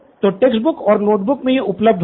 तो textbooks और notebook में यह उपलब्ध होगा